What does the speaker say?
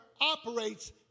operates